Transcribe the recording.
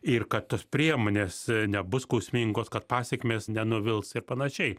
ir kad tos priemonės nebus skausmingos kad pasekmės nenuvils ir panašiai